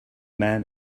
man